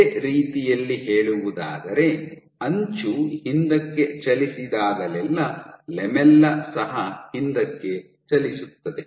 ಬೇರೆ ರೀತಿಯಲ್ಲಿ ಹೇಳುವುದಾದರೆ ಅಂಚು ಹಿಂದಕ್ಕೆ ಚಲಿಸಿದಾಗಲೆಲ್ಲಾ ಲ್ಯಾಮೆಲ್ಲಾ ಸಹ ಹಿಂದಕ್ಕೆ ಚಲಿಸುತ್ತದೆ